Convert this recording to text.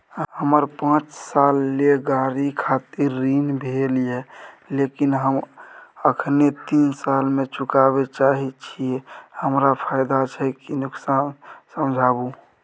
हमर पाँच साल ले गाड़ी खातिर ऋण भेल ये लेकिन हम अखने तीन साल में चुकाबे चाहे छियै हमरा फायदा छै की नुकसान समझाबू?